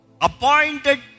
Appointed